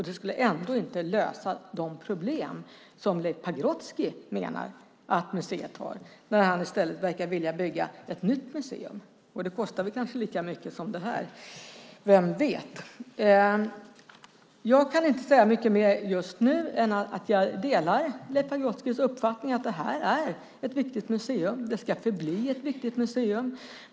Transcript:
Det skulle ändå inte heller lösa de problem som Leif Pagrotsky menar att museet har. Han verkar i stället vilja bygga ett nytt museum. Det kostar kanske lika mycket som det här - vem vet? Jag kan inte säga mycket mer just nu än att jag delar Leif Pagrotskys uppfattning att detta är ett viktigt museum. Det ska förbli ett viktigt museum.